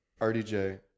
RDJ